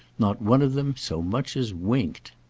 not one of them so much as winked.